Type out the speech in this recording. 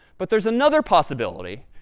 but there's another possibility,